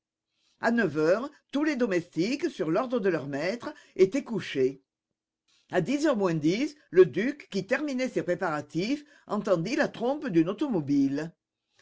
à neuf heures tous les domestiques sur l'ordre de leur maître étaient couchés à dix heures moins dix le duc qui terminait ses préparatifs entendit la trompe d'une automobile